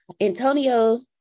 Antonio